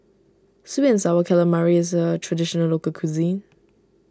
Sweet and Sour Calamari is a Traditional Local Cuisine